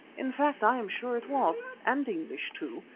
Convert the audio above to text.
in fact, i am sure it was, and english too.